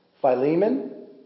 Philemon